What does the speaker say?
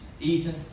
Ethan